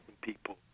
people